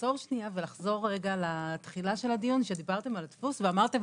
לעצור שנייה ולחזור רגע לתחילה של הדיון שדיברתם על הדפוס ואמרתם,